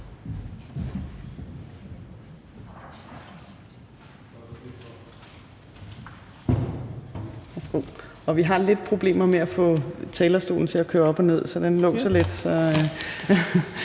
Vi har lidt problemer med at få pulten på talerstolen til at køre op og ned. Den låser